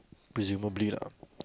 presumably lah